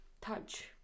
Touch